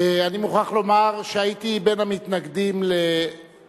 אני מוכרח לומר שהייתי בין המתנגדים להצעת